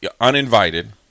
uninvited